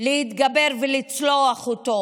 להתגבר ולצלוח אותו,